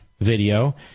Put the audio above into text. video